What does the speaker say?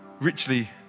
richly